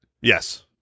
Yes